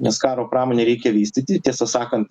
nes karo pramonę reikia vystyti tiesą sakant